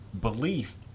belief